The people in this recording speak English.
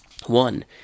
One